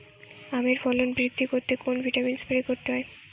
আমের ফলন বৃদ্ধি করতে কোন ভিটামিন স্প্রে করতে হয়?